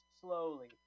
slowly